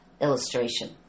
illustration